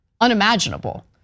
unimaginable